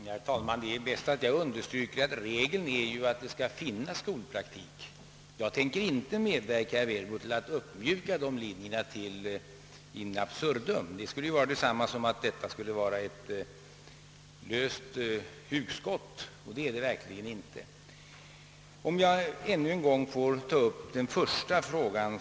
Herr talman! Det är kanske bäst att jag understryker att regeln är att det skall finnas skolpraktik. Jag tänker inte medverka till att uppmjuka den regeln in absurdum, herr Werbro. Det skulle vara detsamma som att detta skulle vara ett löst hugskott, och det är det verkligen inte. Tillåt mig sedan att än en gång ta upp herr Werbros första fråga.